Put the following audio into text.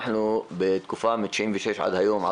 אנחנו בתקופה מ-96 עד היום,